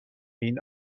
این